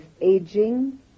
aging